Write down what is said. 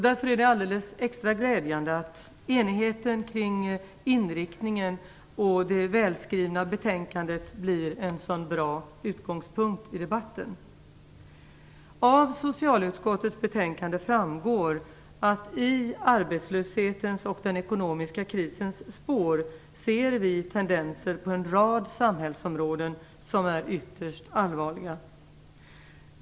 Därför är det alldeles extra glädjande att enigheten kring inriktningen och det välskrivna betänkandet blir en så bra utgångspunkt i debatten. Av socialutskottets betänkande framgår att vi i arbetslöshetens och den ekonomiska krisens spår ser tendenser som är ytterst allvarliga på en rad samhällsområden.